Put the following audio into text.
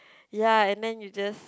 ya and then you just